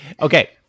Okay